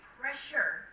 pressure